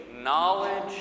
knowledge